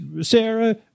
Sarah